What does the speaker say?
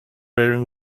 bearing